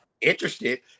interested